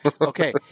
Okay